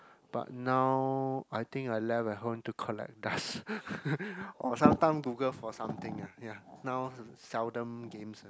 but now I think I left at home to collect dust or sometime Google for something ah ya now seldom games